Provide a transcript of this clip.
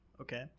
okay